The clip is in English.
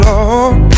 Lord